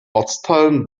ortsteilen